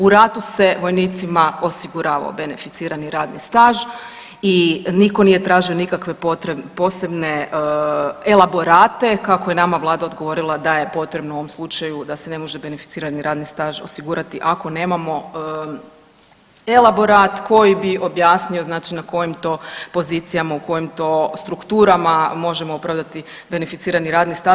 U ratu se vojnicima osiguravao beneficirani radni staž i nitko nije tražio nikakve posebne elaborate kako je nama vlada odgovorila da je potrebno u ovom slučaju da se ne može beneficirani radni staž osigurati ako nemamo elaborat koji bi objasnio znači na kojim to pozicijama, u kojim to strukturama možemo opravdati beneficirani radni staž.